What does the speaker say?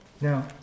Now